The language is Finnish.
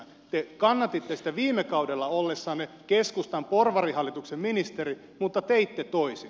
te kannatitte sitä viime kaudella ollessanne keskustan porvarihallituksen ministeri mutta teitte toisin